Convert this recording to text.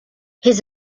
his